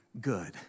good